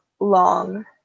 long